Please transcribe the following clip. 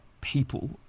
people